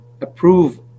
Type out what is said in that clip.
approve